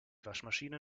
waschmaschine